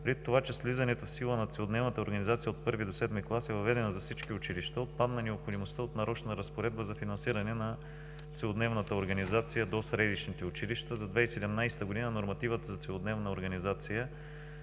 в Закона. Влизането в сила на целодневната организация от първи до седми клас е въведено за всички училища, като отпадна необходимостта от нарочна разпоредба за финансиране на целодневната организация до средищните училища. За 2017 г. нормативът за целодневна организация